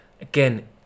Again